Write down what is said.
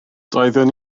doeddwn